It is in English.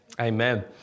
Amen